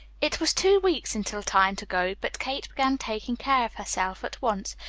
it was two weeks until time to go, but kate began taking care of herself at once,